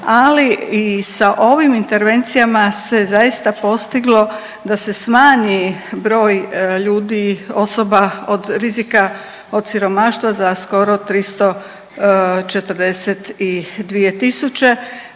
Ali i sa ovim intervencijama se zaista postiglo da se smanji broj ljudi, osoba od rizika od siromaštva za skoro 342000